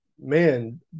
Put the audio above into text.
man